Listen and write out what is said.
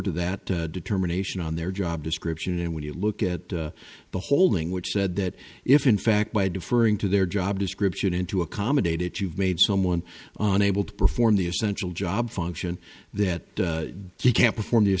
to that determination on their job description and when you look at the holding which said that if in fact by deferring to their job description in to accommodate it you've made someone unable to perform the essential job function that he can't perform the